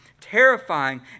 terrifying